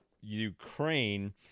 Ukraine